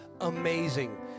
amazing